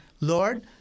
Lord